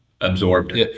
absorbed